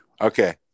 Okay